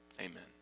Amen